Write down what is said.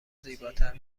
زیباتر